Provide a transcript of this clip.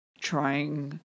trying